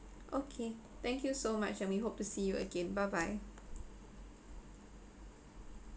okay thank you so much and we hope to see you again bye bye